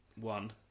One